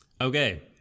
Okay